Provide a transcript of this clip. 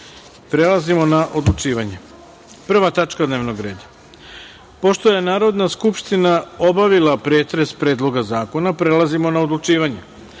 na odlučivanje. Prva tačka dnevnog reda. Pošto je Narodna skupština obavila pretres Predloga zakona, prelazimo na odlučivanje. Stavljam